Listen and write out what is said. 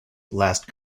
last